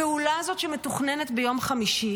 הפעולה הזאת שמתוכננת ביום חמישי